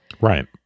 Right